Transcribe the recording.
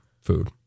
food